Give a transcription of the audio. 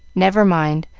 never mind.